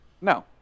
No